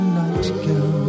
nightgown